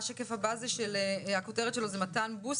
הכותרת של השקף הבא היא מתן בוסטר,